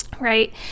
Right